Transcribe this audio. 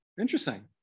Interesting